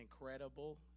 incredible